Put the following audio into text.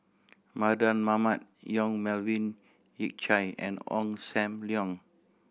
Mardan Mamat Yong Melvin Yik Chye and Ong Sam Leong